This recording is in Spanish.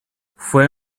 fue